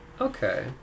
Okay